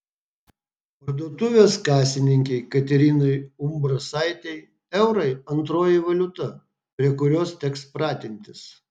parduotuvės kasininkei katerinai umbrasaitei eurai antroji valiuta prie kurios teks pratintis